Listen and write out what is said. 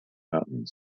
mountains